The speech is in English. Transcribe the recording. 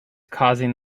causing